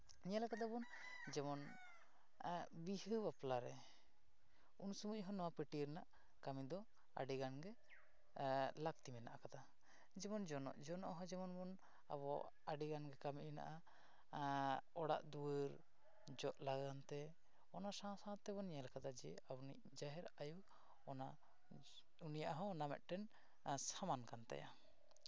ᱧᱮᱞ ᱠᱟᱫᱟᱵᱚᱱ ᱡᱮᱢᱚᱱ ᱵᱤᱦᱟᱹ ᱵᱟᱯᱞᱟᱨᱮ ᱩᱱᱥᱚᱢᱚᱭ ᱦᱚᱸ ᱱᱚᱣᱟ ᱯᱟᱹᱴᱭᱟᱹ ᱨᱮᱱᱟᱜ ᱠᱟᱹᱢᱤ ᱫᱚ ᱟᱹᱰᱤᱜᱟᱱ ᱜᱮ ᱞᱟᱹᱠᱛᱤ ᱢᱮᱱᱟᱜ ᱠᱟᱫᱟ ᱡᱮᱢᱚᱱ ᱡᱚᱱᱚᱜ ᱡᱚᱱᱚᱜ ᱦᱚᱸ ᱡᱮᱢᱚᱱ ᱵᱚᱱ ᱟᱵᱚ ᱟᱹᱰᱤᱜᱟᱱᱜᱮ ᱠᱟᱹᱢᱤ ᱢᱮᱱᱟᱜᱼᱟ ᱮᱸᱜ ᱚᱲᱟᱜ ᱫᱩᱣᱟᱹᱨ ᱡᱚᱜ ᱞᱟᱹᱜᱤᱫ ᱛᱮ ᱚᱱᱟ ᱥᱟᱶ ᱥᱟᱶ ᱛᱮᱵᱚᱱ ᱧᱮᱞ ᱠᱟᱫᱟ ᱡᱮ ᱟᱵᱚᱱᱤᱡ ᱡᱟᱦᱮᱨ ᱟᱹᱭᱩ ᱚᱱᱟ ᱩᱱᱤᱭᱟᱜ ᱦᱚᱸ ᱚᱱᱟ ᱢᱤᱫᱴᱮᱱ ᱥᱟᱢᱟᱱ ᱠᱟᱱ ᱛᱟᱭᱟ